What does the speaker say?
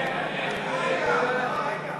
ההסתייגות